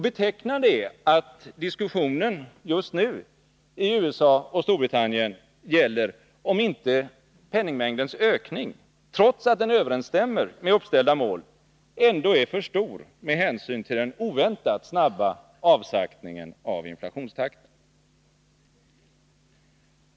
Betecknande är att diskussionen just nu i USA och Storbritannien gäller om inte penningmängdens ökning, trots att den överensstämmer med uppställda mål, ändå är för stor med hänsyn till den oväntat snabba avsaktningen av inflationstakten.